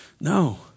No